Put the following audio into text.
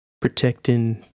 protecting